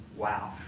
wow.